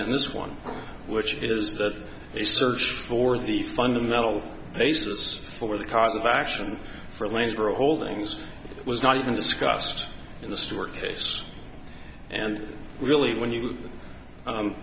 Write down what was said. and this one which is that a search for the fundamental basis for the cause of action for the holdings was not even discussed in the stewart case and really when you